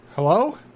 Hello